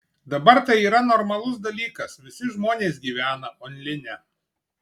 dabar tai yra normalus dalykas visi žmonės gyvena online